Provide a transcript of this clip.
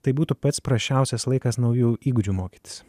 tai būtų pats prasčiausias laikas naujų įgūdžių mokytis